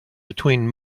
between